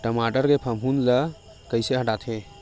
टमाटर के फफूंद ल कइसे हटाथे?